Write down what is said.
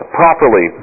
properly